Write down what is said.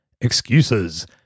excuses